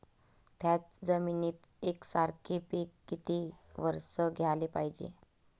थ्याच जमिनीत यकसारखे पिकं किती वरसं घ्याले पायजे?